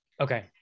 Okay